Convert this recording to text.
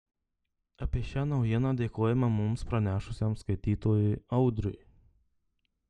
apie šią naujieną dėkojame mums pranešusiam skaitytojui audriui